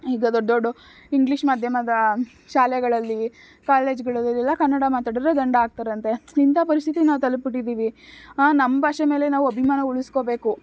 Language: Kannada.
ಈಗ ದೊಡ್ಡ ದೊಡ್ಡ ಇಂಗ್ಲೀಷ್ ಮಾಧ್ಯಮದ ಶಾಲೆಗಳಲ್ಲಿ ಕಾಲೇಜ್ಗಳಲ್ಲೆಲ್ಲ ಕನ್ನಡ ಮಾತಾಡಿದ್ರೆ ದಂಡ ಹಾಕ್ತಾರಂತೆ ಇಂಥ ಪರಿಸ್ಥಿತಿಗೆ ನಾವು ತಲುಪಿಬಿಟ್ಟಿದ್ದೀವಿ ನಮ್ಮ ಭಾಷೆ ಮೇಲೆ ನಾವು ಅಭಿಮಾನ ಉಳಿಸ್ಕೊಬೇಕು